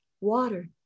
water